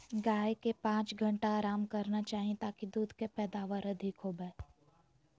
गाय के पांच घंटा आराम करना चाही ताकि दूध के पैदावार अधिक होबय